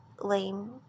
lame